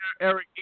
Eric